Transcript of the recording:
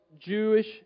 Jewish